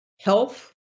health